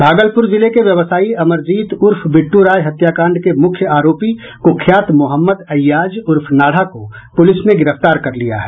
भागलपुर जिले के व्यवसायी अमरजीत उर्फ बिट्ट राय हत्याकांड के मूख्य आरोपी कुख्यात मोहम्मद ऐयाज उर्फ नाढ़ा को पुलिस ने गिरफ्तार कर लिया है